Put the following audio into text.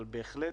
אבל בהחלט